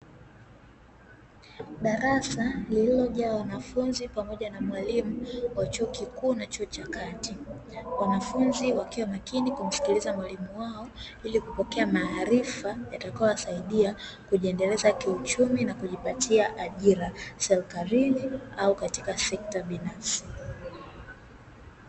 Darasa lililojaa wanafunzi pamoja na mwalimu wa chuo kikuu na chuo cha kati, wanafunzi wakiwa makini kumsikiliza mwalimu wao ilikupokea maarifa yatakayo wasaidia kujiendeleza kiuchumi na kujipatia ajira serikalini au katika sekta binafsi.